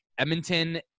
Edmonton